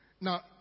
Now